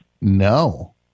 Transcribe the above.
No